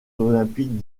olympiques